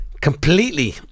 completely